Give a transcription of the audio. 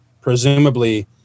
presumably